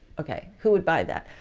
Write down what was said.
okay, who would buy that?